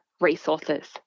resources